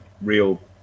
real